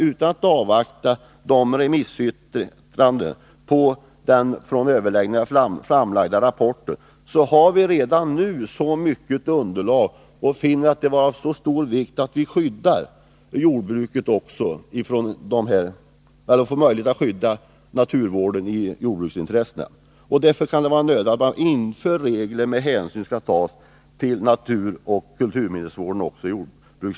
Utan att avvakta remissyttranden beträffande den vid överläggningarna framlagda rapporten har vi redan nu sådant underlag att vi kan införa regler om att hänsyn skall tas i jordbrukslagstiftningen till naturvården och kulturminnesvården.